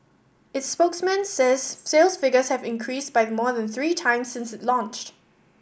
its spokesman says sales figures have increased by more than three times since it launched